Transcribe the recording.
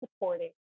supporting